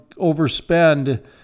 overspend